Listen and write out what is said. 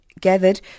gathered